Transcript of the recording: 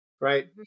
Right